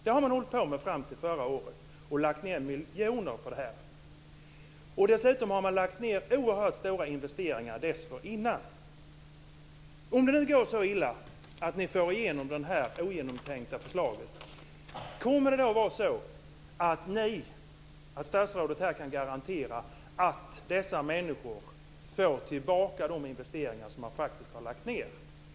Det har man hållit på med fram till förra året, och man har lagt ned miljoner. Dessutom hade man gjort oerhört stora investeringar dessförinnan. Kan statsrådet garantera att dessa människor får tillbaka de pengar som de faktiskt har lagt ned om det går så illa att ni får igenom detta ogenomtänkta förslag?